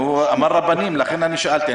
הוא אמר "רבנים", ולכן שאלתי.